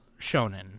shonen